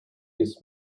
this